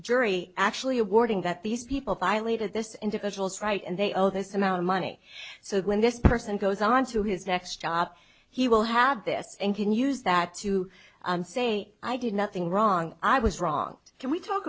jury actually awarding that these people violated this individual's right and they owe this amount of money so when this person goes onto his next job he will have this and can use that to say i did nothing wrong i was wrong can we talk